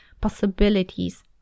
possibilities